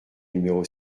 numéro